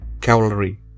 cavalry